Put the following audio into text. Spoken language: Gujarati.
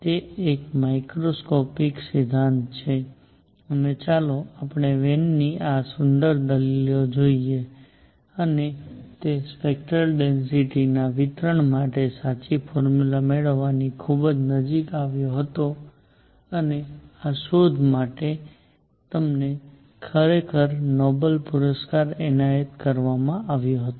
તે એક મેક્રોસ્કોપિક સિદ્ધાંત છે અને ચાલો આપણે વેનની આ સુંદર દલીલો જોઈએ અને તે સ્પેક્ટરલ ડેન્સિટિના વિતરણ માટે સાચી ફોર્મ્યુલા મેળવવાની ખૂબ નજીક આવ્યો હતો અને આ શોધ માટે તેમને ખરેખર નોબેલ પુરસ્કાર એનાયત કરવામાં આવ્યો હતો